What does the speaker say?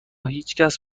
هیچکس